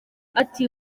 ati